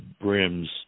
brims